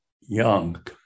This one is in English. young